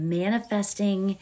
manifesting